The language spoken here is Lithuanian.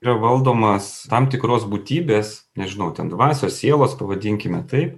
yra valdomas tam tikros būtybės nežinau ten dvasios sielos pavadinkime taip